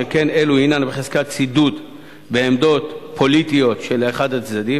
שכן אלו הינן בחזקת צידוד בעמדות פוליטיות של אחד הצדדים.